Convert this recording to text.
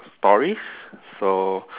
stories so